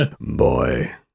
boy